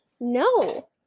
no